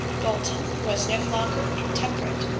bolton was no longer intemperate.